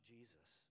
Jesus